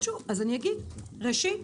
ראשית,